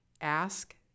Ask